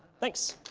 thanks.